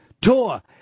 Tour